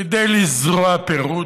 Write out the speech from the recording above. כדי לזרוע פירוד,